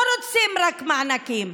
לא רוצים רק מענקים,